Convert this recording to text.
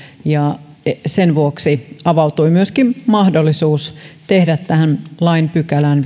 ja sen vuoksi avautui myöskin mahdollisuus tehdä tähän lain viidenteenkymmenenteenensimmäiseen pykälään